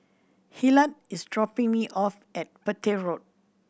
Hillard is dropping me off at Petir Road